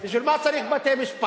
בשביל מה צריך בתי-משפט?